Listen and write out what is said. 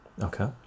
okay